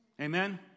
Amen